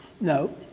no